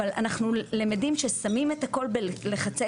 אבל אנחנו למדים שכששמים את הכל בלחצי